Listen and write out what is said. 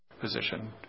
position